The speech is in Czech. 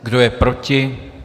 Kdo je proti?